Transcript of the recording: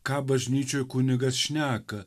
ką bažnyčioj kunigas šneka